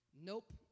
nope